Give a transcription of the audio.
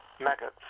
maggots